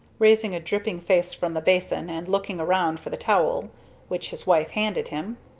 raising a dripping face from the basin and looking around for the towel which his wife handed him.